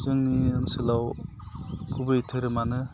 जोंनि ओनसोलाव गुबै धोरोमानो